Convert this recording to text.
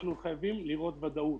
אנחנו חייבים לראות ודאות.